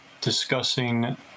discussing